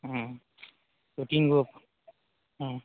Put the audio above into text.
हूँ दू तीन गो हँ